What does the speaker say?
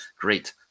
Great